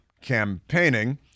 campaigning